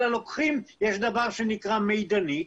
אלא יש דבר שנקרא מידנית,